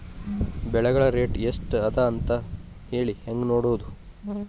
ಬೆಳೆಗಳ ರೇಟ್ ಎಷ್ಟ ಅದ ಅಂತ ಹೇಳಿ ಹೆಂಗ್ ನೋಡುವುದು?